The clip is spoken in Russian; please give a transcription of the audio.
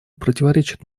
противоречит